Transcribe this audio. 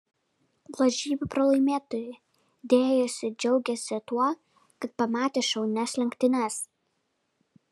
lažybų pralaimėtojai dėjosi džiaugiąsi tuo kad pamatė šaunias lenktynes